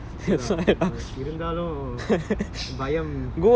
okay lah இருந்தாலும் பயம்:irunthaalum bayam